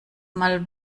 mal